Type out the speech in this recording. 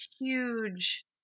huge